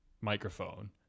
microphone